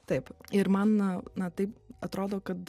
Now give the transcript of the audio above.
taip ir man na taip atrodo kad